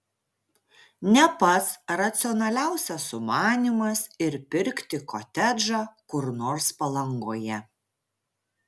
ne pats racionaliausias sumanymas ir pirkti kotedžą kur nors palangoje